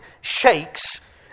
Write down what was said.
shakes